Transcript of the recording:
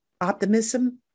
optimism